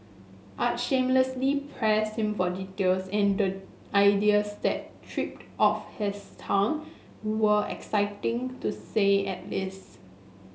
I shamelessly pressed him for details and the ideas that tripped off his tongue were exciting to say at least